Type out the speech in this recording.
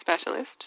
specialist